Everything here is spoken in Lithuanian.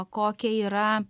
kokia yra